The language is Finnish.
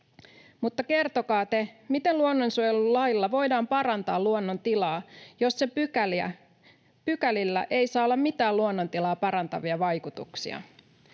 Mutta kertokaa te, miten luonnonsuojelulailla voidaan parantaa luonnon tilaa, jos pykälillä ei saa olla mitään luonnon tilaa parantavia vaikutuksia.